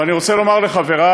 ואני רוצה לומר לחברי,